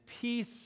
peace